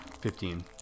Fifteen